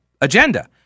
agenda